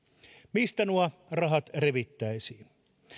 mistä nuo rahat revittäisiin